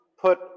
put